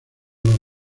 los